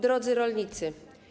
Drodzy Rolnicy!